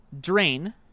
Drain